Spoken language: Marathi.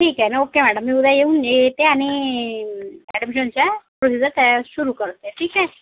ठीक आहे ना ओके मॅडम मी उद्या येऊन येते आणि मॅडमची तुमच्या प्रोसिजर तयार सुरू करते ठीक आहे